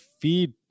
feed